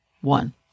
one